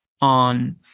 on